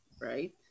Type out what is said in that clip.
right